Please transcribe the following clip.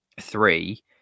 three